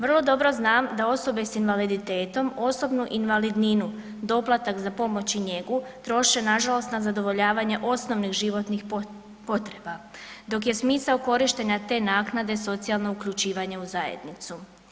Vrlo dobro znam da osobe s invaliditetom osobnu invalidninu, doplatak za pomoć i njegu troše nažalost na zadovoljavanje osnovnih životnih potreba, dok je smisao te naknade socijalno uključivanje u zajednicu.